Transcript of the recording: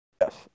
Yes